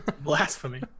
Blasphemy